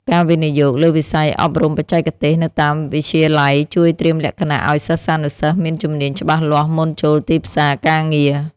ការវិនិយោគលើវិស័យអប់រំបច្ចេកទេសនៅតាមវិទ្យាល័យជួយត្រៀមលក្ខណៈឱ្យសិស្សានុសិស្សមានជំនាញច្បាស់លាស់មុនចូលទីផ្សារការងារ។